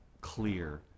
clear